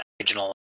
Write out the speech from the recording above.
original